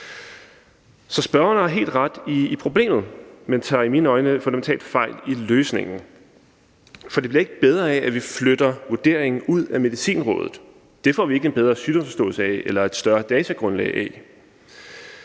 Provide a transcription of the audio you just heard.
Så forespørgerne har helt ret i problemet, men tager i mine øjne fundamentalt fejl af løsningen, for det bliver ikke bedre af, at vi flytter vurderingen ud af Medicinrådet. Det får vi ikke en bedre sygdomsforståelse af eller et større datagrundlag af.